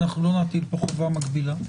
לא נטיל פה חובה מגבילה.